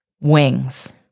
wings